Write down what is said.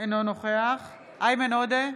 אינו נוכח איימן עודה,